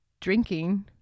drinking